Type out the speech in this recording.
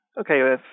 Okay